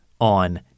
on